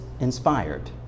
inspired